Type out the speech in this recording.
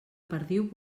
perdiu